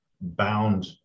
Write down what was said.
bound